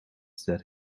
that